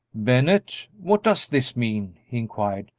bennett, what does this mean? he inquired.